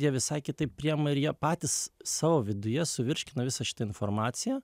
jie visai kitaip priima ir jie patys savo viduje suvirškina visą šitą informaciją